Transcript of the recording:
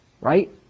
Right